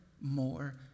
more